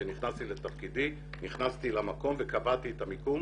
שנכנסתי לתפקידי, נכנסתי למקום וקבעתי את המיקום.